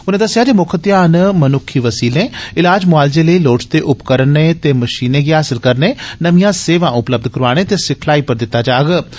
उनें दस्सेआ जे मुक्ख ध्यान मनुक्खी वसीलें इलाज मोआलजे लेई लोडचदे उपकरण ते मशीनां हासल करने नमियां सेवां उपलब्ध कराने ते सिखलाई पर दित्ता जाना लोड़चदा